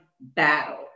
battle